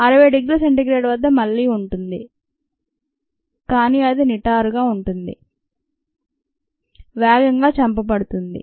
60 degree c వద్ద మళ్లీ ఉంటుంది కానీ అది నిటారుగా ఉంటుంది వేగంగా చంపబడుతుంది